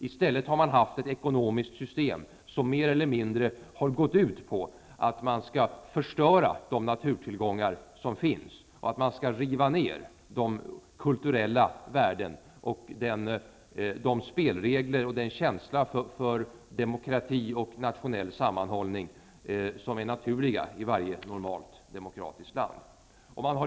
I stället har man haft ett ekonomiskt system som mer eller mindre har gått ut på att man skall förstöra de naturtillgångar som finns och att man skall riva ner de kulturella värden, de spelregler och den känsla för demokrati och nationell sammanhållning som är naturliga i varje normalt demokratiskt land.